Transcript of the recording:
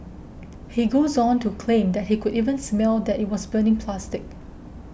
he goes on to claim that he could even smell that it was burning plastic